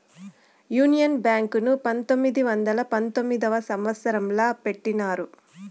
union Bank ను పంతొమ్మిది వందల పంతొమ్మిదవ సంవచ్చరంలో పెట్టినారు